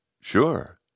Sure